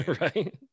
Right